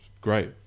great